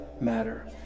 matter